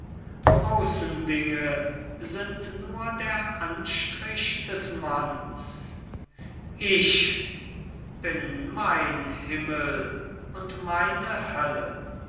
außendinge sind nur der anstrich des manns ich bin mein himmel und meine hölle